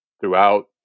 throughout